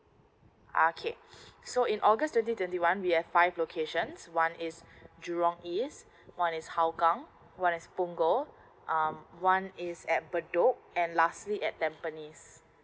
okay so in august twenty twenty one we have five locations one is jurong east one is hougang one is punggol um one is at bedok and lastly at tampines